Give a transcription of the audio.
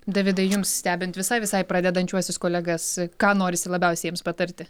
davidai jums stebint visai visai pradedančiuosius kolegas ką norisi labiausiai jiems patarti